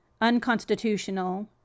unconstitutional